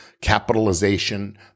capitalization